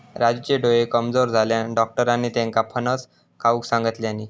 राजूचे डोळे कमजोर झाल्यानं, डाक्टरांनी त्येका फणस खाऊक सांगितल्यानी